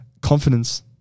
confidence